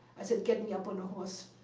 i said, get me up on a horse.